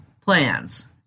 plans